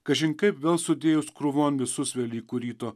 kažin kaip vėl sudėjus krūvon visus velykų ryto